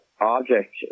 object